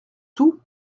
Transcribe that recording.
tout